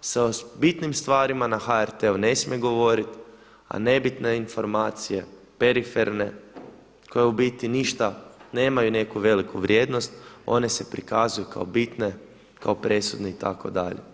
se o bitnim stvarima na HRT-u ne smije govoriti, a nebitne informacije, periferne koje u biti ništa nemaju neku veliku vrijednost one se prikazuju kao bitne, kao presudne itd.